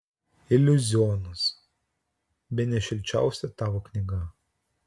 iliuzionas bene šilčiausia tavo knyga